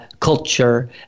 culture